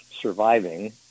surviving